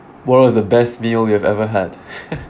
what was the best meal you have ever had